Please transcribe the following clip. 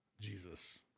Jesus